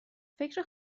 فکر